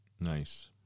Nice